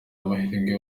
amahirwe